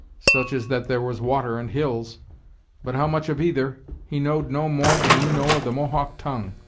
such as that there was water and hills but how much of either, he know'd no more than you know of the mohawk tongue.